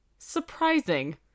surprising